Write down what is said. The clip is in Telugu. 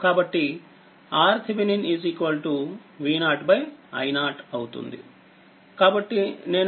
కాబట్టి RThevenin V0 i0అవుతుంది